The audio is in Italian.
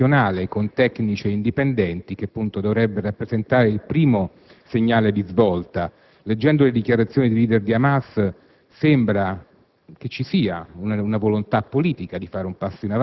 a negoziare la costruzione di un Governo di unità nazionale con tecnici e indipendenti che, appunto, dovrebbero rappresentare il primo segnale di svolta. Leggendo le dichiarazioni dei *leader* di Hamas, sembra